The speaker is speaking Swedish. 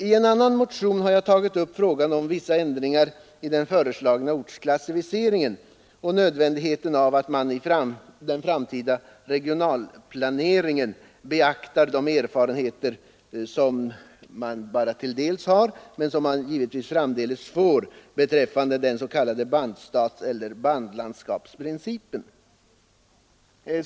I en annan motion har jag tagit upp frågan om vissa ändringar i den föreslagna ortsklassificeringen och nödvändigheten av att man i den framtida regionalplaneringen beaktar de erfarenheter som man nu bara delvis har men som man framdeles får mera av beträffande den s.k. bandstadseller bandlandskapsprincipen.